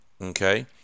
okay